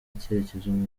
icyitegererezo